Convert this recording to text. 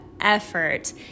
effort